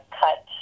cut